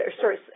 sorry